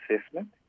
assessment